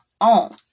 own